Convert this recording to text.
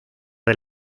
del